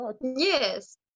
Yes